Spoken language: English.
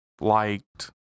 liked –